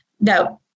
no